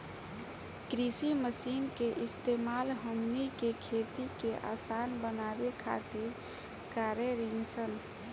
कृषि मशीन के इस्तेमाल हमनी के खेती के असान बनावे खातिर कारेनी सन